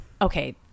okay